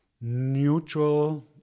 neutral